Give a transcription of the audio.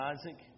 Isaac